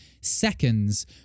seconds